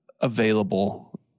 available